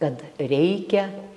kad reikia